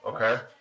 Okay